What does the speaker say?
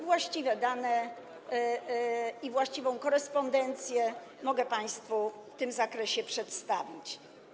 Właściwe dane i właściwą korespondencję mogę państwu w tym zakresie przedstawić.